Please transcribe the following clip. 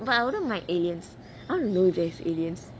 but I wouldn't mind aliens I want to know if there's alien